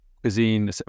cuisine